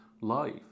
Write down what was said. life